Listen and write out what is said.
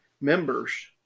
members